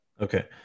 Okay